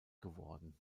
geworden